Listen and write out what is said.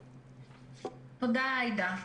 תודה, עאידה.